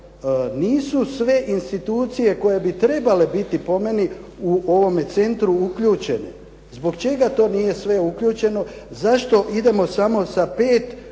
nisu sve institucije koje bi trebale biti po meni u ovome centru uključene. Zbog čega to nije sve uključeno? Zašto idemo samo sa 5